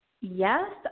yes